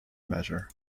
measure